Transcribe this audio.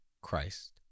Christ